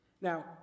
Now